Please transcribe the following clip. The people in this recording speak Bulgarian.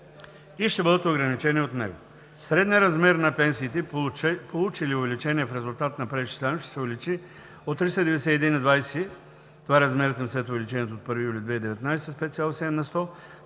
и ще бъдат ограничени от него. Средният размер на пенсиите, получили увеличение в резултат на преизчислението, ще се увеличи от 391,20 лв. – това е размерът им след увеличението от 1 юли 2019 г. с 5,7 на сто,